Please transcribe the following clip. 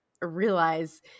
realize